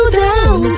down